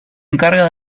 encarga